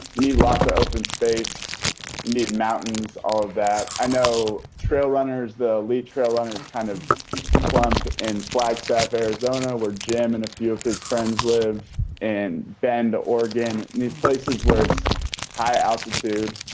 you need lots of open space. you need mountains of that. i know trail runners, the lead trail runners kind of clump in flagstaff, arizona, where jim and a few of his friends live in bend, oregon. these places where it's high altitude,